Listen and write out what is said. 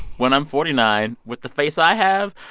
when i'm forty nine, with the face i have,